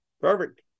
Perfect